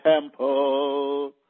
temple